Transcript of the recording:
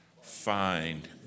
find